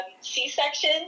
C-section